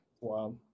Wow